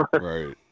Right